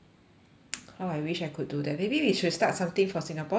how I wish I could do that maybe we should start something for singapore because you see